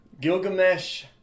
Gilgamesh